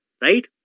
right